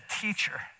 teacher